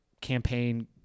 campaign